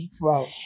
Wow